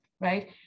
right